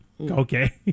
Okay